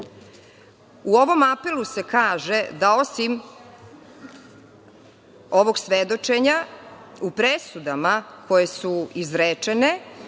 ovom apelu se kaže da, osim ovog svedočenja, u presudama koje su izrečene